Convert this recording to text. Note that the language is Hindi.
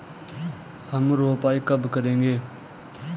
हम रोपाई कब करेंगे?